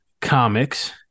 Comics